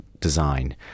design